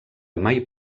mai